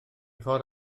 ffordd